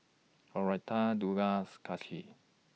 Loretta Delos Kacey